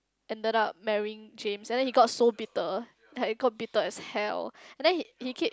ended up marrying James and then he got so bitter like he got bitter as hell and then he he keep